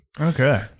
Okay